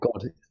God